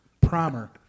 primer